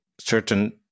certain